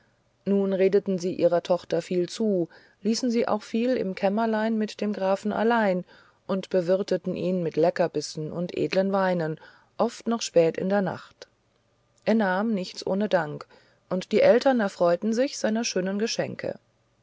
nun redeten sie ihrer tochter viel zu ließen sie auch viel im kämmerlein mit dem grafen allein und bewirteten ihn mit leckerbissen und edeln weinen oft noch spät in der nacht er nahm nichts ohne dank und die eltern erfreuten sich seiner schönen geschenke